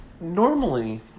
Normally